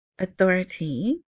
Authority